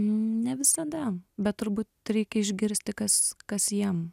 ne visada bet turbūt reikia išgirsti kas kas jiem